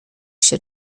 się